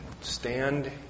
Stand